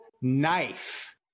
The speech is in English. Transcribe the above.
knife